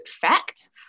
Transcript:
fact